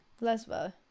Lesbo